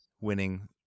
winning